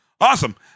awesome